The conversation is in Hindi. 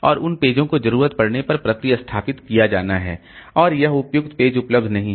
और उन पेजों को जरूरत पड़ने पर प्रतिस्थापित किया जाना है और यह उपयुक्त पेज उपलब्ध नहीं है